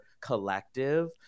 collective